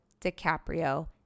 DiCaprio